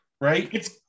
right